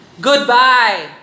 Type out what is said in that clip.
Goodbye